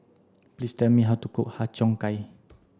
please tell me how to cook Har Cheong Gai